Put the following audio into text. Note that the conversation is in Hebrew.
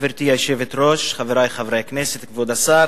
גברתי היושבת-ראש, חברי חברי הכנסת, כבוד השר,